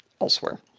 elsewhere